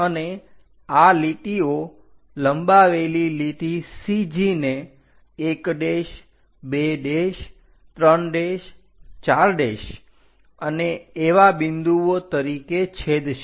અને આ લીટીઓ લંબાવેલી લીટી CG ને 1234 અને એવા બિંદુઓ તરીકે છેદશે